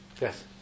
Yes